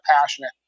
passionate